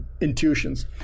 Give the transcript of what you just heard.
intuitions